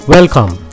Welcome